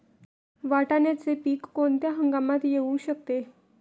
वाटाण्याचे पीक कोणत्या हंगामात येऊ शकते?